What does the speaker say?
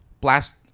Blast